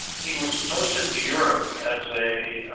he was perceived to europe as a